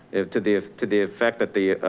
to the to the effect that the,